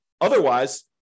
Otherwise